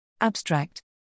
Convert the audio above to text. Abstract